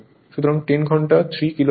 সুতরাং 10 ঘন্টা 3 কিলোওয়াট